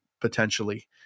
potentially